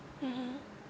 mmhmm